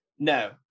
No